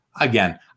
Again